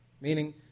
Meaning